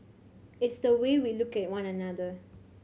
it's the way we look at one another